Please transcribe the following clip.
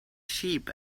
sheep